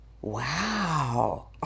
Wow